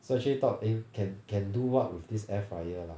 so I actually thought eh can can do what with this air fryer lah